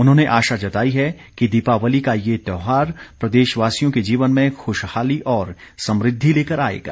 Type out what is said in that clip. उन्होंने आशा जताई है कि दीपावली का ये त्योहार प्रदेशवासियों के जीवन में खुशहाली और समृद्धि लेकर आएगा